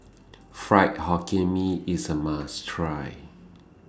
Fried Hokkien Mee IS A must Try